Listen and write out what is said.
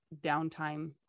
downtime